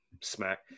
smack